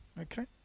Okay